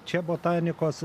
čia botanikos